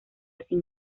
sin